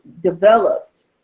developed